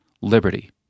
liberty